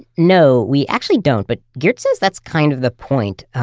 no, we actually don't, but geert says that's kind of the point.